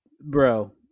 Bro